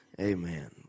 amen